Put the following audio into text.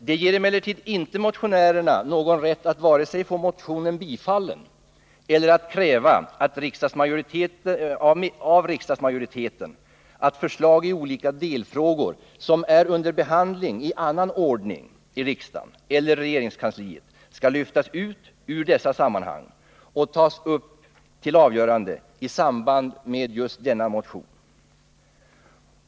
Det ger emellertid inte motionärerna någon rätt att vare sig få motionen bifallen eller kräva av riksdagsmajoriteten att förslag i olika delfrågor, som är under behandling i annan ordning i riksdagen eller regeringskansliet, skall lyftas ut ur dessa sammanhang och tas upp till avgörande i samband med just denna motion.